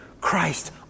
Christ